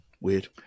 Weird